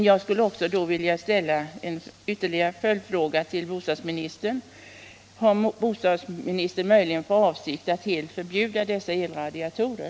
Jag skulle vilja ställa en följdfråga till bostadsministern: Har bostadsministern möjligen för avsikt att helt förbjuda sådana elradiatorer?